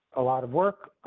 a lot of work,